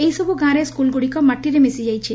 ଏହିସବୁ ଗାଁରେ ସ୍କୁଲଗୁଡ଼ିକ ମାଟିରେ ମିଶିଯାଇଛି